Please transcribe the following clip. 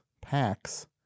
packs